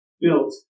built